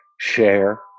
share